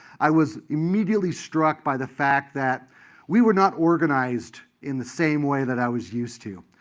i was immediately struck by the fact that we were not organized in the same way that i was used to.